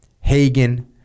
Hagen